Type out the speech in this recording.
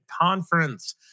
Conference